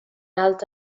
alta